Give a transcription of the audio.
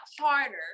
harder